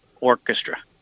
orchestra